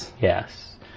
Yes